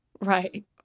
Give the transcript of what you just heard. Right